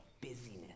busyness